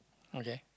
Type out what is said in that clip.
okay